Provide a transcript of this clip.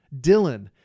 Dylan